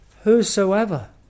whosoever